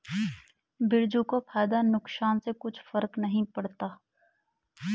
बिरजू को फायदा नुकसान से कुछ फर्क नहीं पड़ता